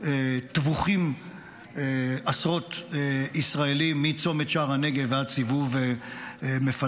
טבוחים עשרות ישראלים מצומת שער הנגב ועד סיבוב מפלסים.